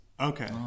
Okay